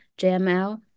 JML